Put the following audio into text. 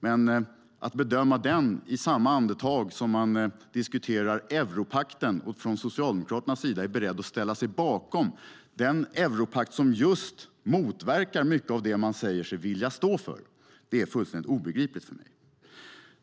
Men att bedöma den i samma andetag som man diskuterar europakten och från Socialdemokraternas sida är beredda att ställa sig bakom den europakt som just motverkar mycket av det man säger sig vilja stå för, det är fullständigt obegripligt för mig.